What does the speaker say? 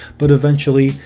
but eventually,